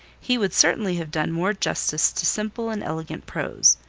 he would certainly have done more justice to simple and elegant prose.